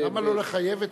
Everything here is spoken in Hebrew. למה לא לחייב את